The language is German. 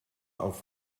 auf